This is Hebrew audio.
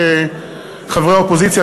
של חברי האופוזיציה.